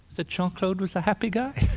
that jean claude was a happy guy.